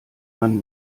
man